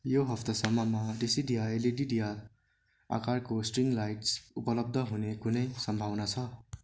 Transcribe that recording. यो हप्तासम्ममा देसिडिया एलइडी डिया आकारको स्ट्रिङ लाइट्स उपलब्ध हुने कुनै सम्भावना छ